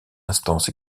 instance